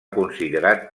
considerat